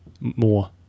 more